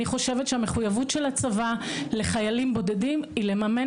אני חושבת שהמחויבות של הצבא לחיילים בודדים היא לממן